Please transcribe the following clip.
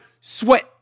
sweat